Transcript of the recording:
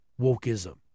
wokeism